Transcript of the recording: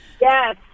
yes